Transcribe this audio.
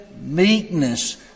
meekness